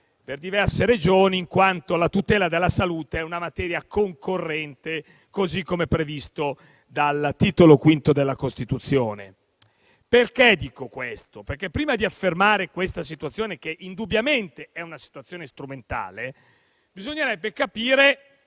delle Regioni in quanto la tutela della salute è una materia concorrente, così come previsto dal Titolo V della Costituzione. Perché dico questo? Prima di fare questa affermazione, che indubbiamente è strumentale, bisognerebbe capire